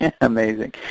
Amazing